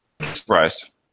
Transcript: Surprised